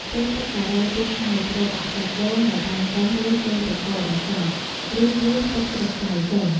ពេលទឹកសារាយពុះហើយ ត្រូវដាក់សាច់ដូងដែលបានកោសរួចចូលទៅកូរឱ្យសព្វ រួចដួសទឹកស្លឹកតើយចេញ។